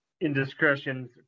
indiscretions